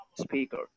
speaker